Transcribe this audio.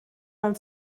beim